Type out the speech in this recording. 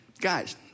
Guys